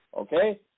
okay